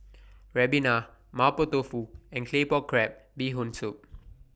Ribena Mapo Tofu and Claypot Crab Bee Hoon Soup